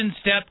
step